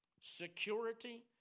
security